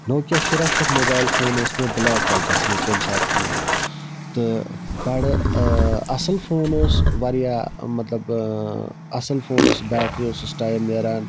Nokia شُراہ شیتھ mobile phone اوس مےٚ بُلیک کَلرَس منٛز تَمہِ ساتہٕ اوٚنمُت تہٕ بَڈٕ اَصٕل فون اوس واریاہ مطلب اَصٕل فون اوس بیٹری اوسُس ٹایِم نیران